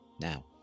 Now